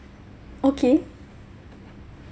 okay